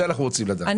את זה אנחנו רוצים לדעת.